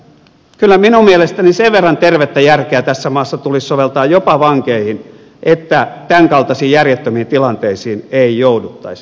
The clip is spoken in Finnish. kyllä minun mielestäni sen verran tervettä järkeä tässä maassa tulisi soveltaa jopa vankeihin että tämänkaltaisiin järjettömiin tilanteisiin ei jouduttaisi